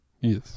Yes